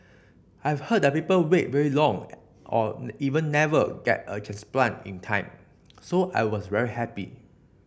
I've heard that people wait really long or even never get a transplant in time so I was very happy